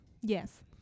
yes